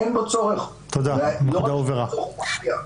אין בו צורך, ולא רק שאין בו צורך, הוא מפריע.